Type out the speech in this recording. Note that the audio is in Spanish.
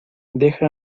deja